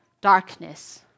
darkness